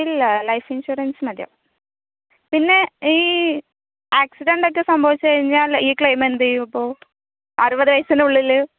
ഇല്ല life insurance മതിയാകും പിന്നെ ഈ ആക്സിഡൻറ്റ് ഒക്കെ സംഭവിച്ച് കഴിഞ്ഞാൽ ഈ ക്ലെയിം എന്ത് ചെയ്യും അപ്പോൾ അറുപത് വയസ്സിനുള്ളിൽ